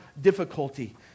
difficulty